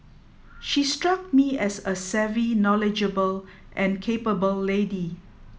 she struck me as a savvy knowledgeable and capable lady